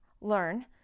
learn